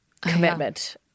commitment